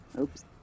Oops